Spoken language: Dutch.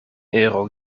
euro